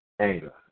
Anger